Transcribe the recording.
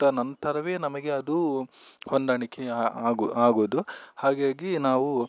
ನಂತರವೇ ನಮಗೆ ಅದು ಹೊಂದಾಣಿಕೆ ಆಗು ಆಗುವುದು ಹಾಗಾಗಿ ನಾವು